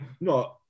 No